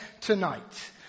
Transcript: tonight